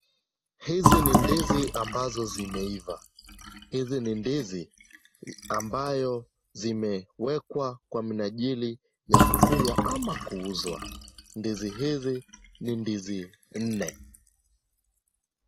Hizi ni ndizi ambazo zimeiva. Hizi ni ndizi ambayo zimewekwa kwa minajili ya kulwa ama kuuzwa. Ndizi hizi ni ndizi nne.